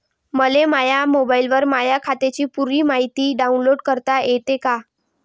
मले माह्या मोबाईलवर माह्या खात्याची पुरी मायती डाऊनलोड करता येते का?